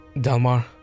Delmar